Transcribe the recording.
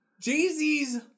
Jay-Z's